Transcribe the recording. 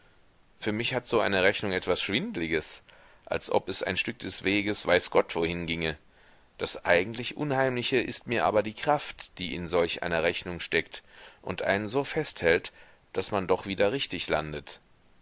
für mich hat so eine rechnung etwas schwindliges als ob es ein stück des weges weiß gott wohin ginge das eigentlich unheimliche ist mir aber die kraft die in solch einer rechnung steckt und einen so festhält daß man doch wieder richtig landet